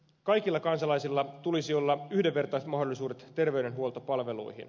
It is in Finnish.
kaikilla kansalaisilla tulisi olla yhdenvertaiset mahdollisuudet terveydenhuoltopalveluihin